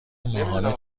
ماهانه